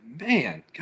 man